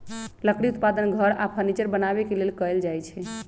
लकड़ी उत्पादन घर आऽ फर्नीचर बनाबे के लेल कएल जाइ छइ